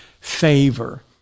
favor